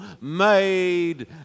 made